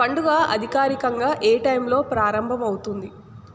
పండుగ అధికారికంగా ఏ టైంలో ప్రారంభమవుతుంది